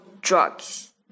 drugs